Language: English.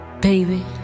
Baby